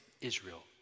Israel